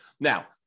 Now